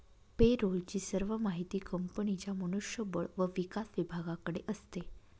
पे role ची सर्व माहिती कंपनीच्या मनुष्य बळ व विकास विभागाकडे असते